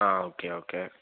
ആ okay okay